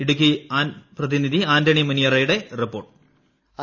ഇടുക്കി പ്രതിനിധി ആന്റണി മൂനിയറയുടെ report voice